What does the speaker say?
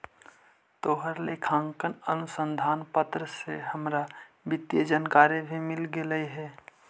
तोहर लेखांकन अनुसंधान पत्र से हमरा वित्तीय जानकारी भी मिल गेलई हे